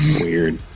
Weird